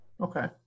Okay